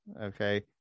okay